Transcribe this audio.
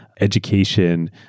education